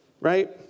right